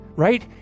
right